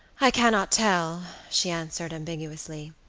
i cannot tell, she answered ambiguously,